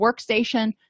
workstation